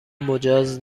مجاز